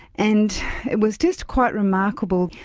and it was just quite remarkable,